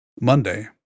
monday